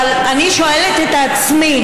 אבל אני שואלת את עצמי: